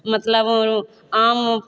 मतलब आम